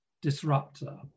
disruptor